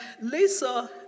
Lisa